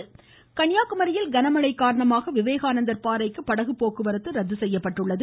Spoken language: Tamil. கன்னியாகுமரி மழை கன்னியாகுமரியில் கன மழைக்காரணமாக விவேகானந்தர் பாறைக்கு படகு போக்குவரத்து ரத்து செய்யப்பட்டுள்ளது